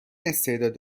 استعداد